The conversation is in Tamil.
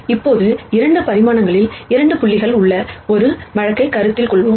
இப்போது 2 பரிமாணங்களில் 2 புள்ளிகள் உள்ள ஒரு வழக்கைக் கருத்தில் கொள்வோம்